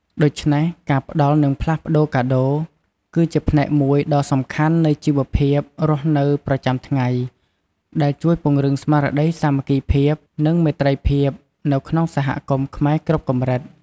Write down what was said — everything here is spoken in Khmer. ដូច្នេះ ការផ្តល់និងផ្លាស់ប្ដូរកាដូរ គឺជាផ្នែកមួយដ៏សំខាន់នៃជីវភាពរស់នៅប្រចាំថ្ងៃ ដែលជួយពង្រឹងស្មារតីសាមគ្គីភាព និងមេត្រីភាពនៅក្នុងសហគមន៍ខ្មែរគ្រប់កម្រិត។